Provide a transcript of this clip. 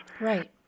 Right